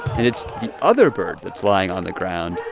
and it's the other bird that's lying on the ground,